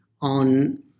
on